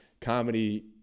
comedy